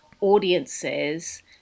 audiences